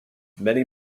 many